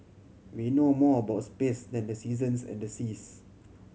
we know more about space than the seasons and the seas